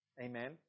Amen